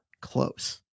close